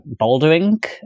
bouldering